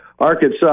Arkansas